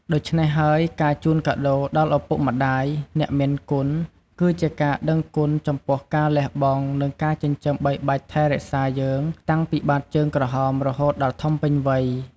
ដូច្នេះហើយ ការជូនកាដូរដល់ឪពុកម្តាយ (អ្នកមានគុណ) គឺជាការដឹងគុណចំពោះការលះបង់ និងការចិញ្ចឹមបីបាច់ថែរក្សាយើងតាំងពីបាតជើងក្រហមរហូតដល់ធំពេញវ័យ។